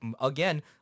again